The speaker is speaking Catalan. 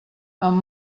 amb